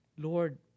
Lord